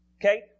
Okay